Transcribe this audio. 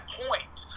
point